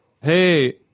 hey